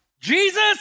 Jesus